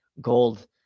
gold